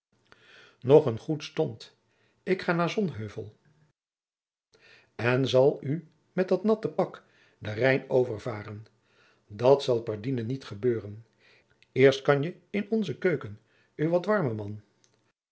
nog een goeden stond ik ga naar sonheuvel en zal oe met dat natte pak den rijn overvaren dat zal pardienne niet beuren eerst kan je in onze keuken oe wat wermen man